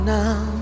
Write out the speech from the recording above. now